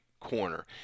corner